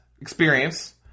experience